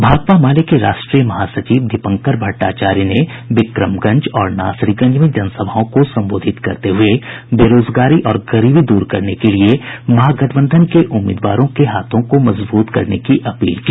भाकपा माले के राष्ट्रीय महासचिव दीपंकर भट्टाचार्य ने बिक्रमगंज और नासरीगंज में जनसभाओं को संबोधित करते हुये बेरोजगारी और गरीबी दूर करने के लिए महागठबंधन के उम्मीदवारों के हाथों को मजबूत करने की अपील की